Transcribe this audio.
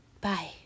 bye